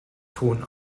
ton